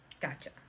Gotcha